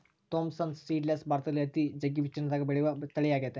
Thompson seedless ಭಾರತದಲ್ಲಿ ಅತಿ ಜಗ್ಗಿ ವಿಸ್ತೀರ್ಣದಗ ಬೆಳೆಯುವ ತಳಿಯಾಗೆತೆ